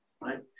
Right